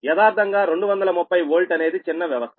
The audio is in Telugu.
యదార్ధంగా 230 వోల్ట్ అనేది చిన్న వ్యవస్థ